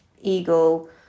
eagle